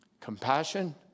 Compassion